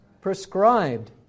prescribed